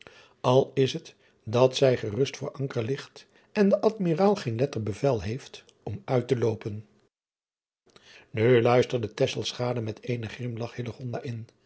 al is het dat zij gerust voor anker ligt en de dmiraal geen letter bevel heeft om uit te loopen u luisterde met eenen grimlach in